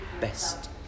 Best